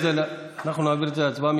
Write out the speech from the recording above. אנחנו נעביר את זה להצבעה.